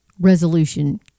resolution